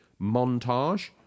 montage